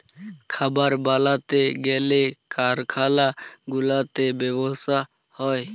খাবার বালাতে গ্যালে কারখালা গুলাতে ব্যবসা হ্যয়